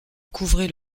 couvraient